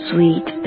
Sweet